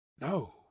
No